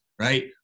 right